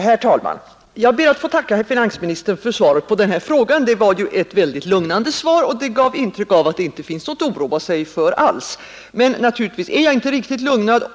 Hoes tilinan! Jag ber att få tacka herr finansministern för svaret pa nun frags Det var vitt mycket lugnande svar. och det gav intrycket att det inte finns nagot att oroa sig för alls Men naturligtvis är jag inte riktigt iugnad.